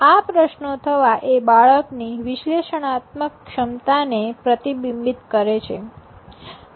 આ પ્રશ્નો થવા એ બાળકની વિશ્લેષણાત્મક ક્ષમતા ને પ્રતિબિંબ કરે છે